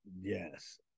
yes